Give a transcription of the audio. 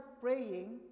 praying